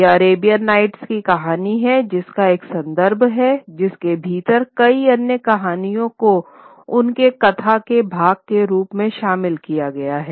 यह Arabian Nights की कहानी है जिसका एक संदर्भ है जिसके भीतर कई अन्य कहानियों को उनके कथा के भाग के रूप में शामिल किया गया है